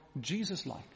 Jesus-like